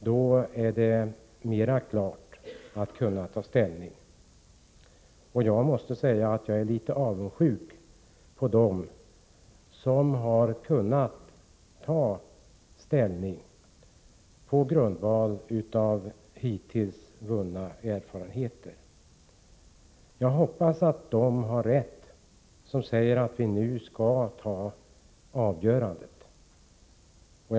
Då kommer det att bli lättare att ta ställning. Jag är litet avundsjuk på dem som har kunnat ta ställning på grundval av hittills vunna erfarenheter. Jag hoppas att de som säger att tiden nu är inne att fatta ett avgörande har rätt.